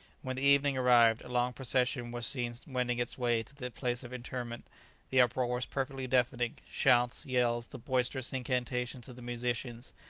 when the evening arrived, a long procession was seen wending its way to the place of interment the uproar was perfectly deafening shouts, yells, the boisterous incantations of the musicians,